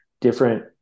different